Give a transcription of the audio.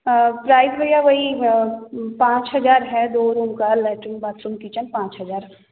आ price भैया वही पाँच हजार है दो रूम का लेट्रिन बाथरूम किचन पाँच हजार